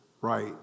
right